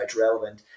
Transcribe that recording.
relevant